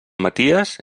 maties